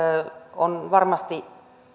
on varmasti